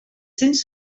cents